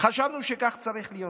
חשבנו שכך צריך להיות.